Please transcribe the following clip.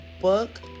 book